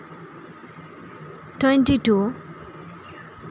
twenty two